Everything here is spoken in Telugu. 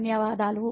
ధన్యవాదాలు